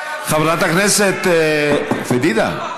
חברת הכנסת פדידה,